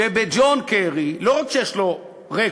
שג'ון קרי, לא רק שיש לו רקורד,